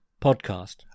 podcast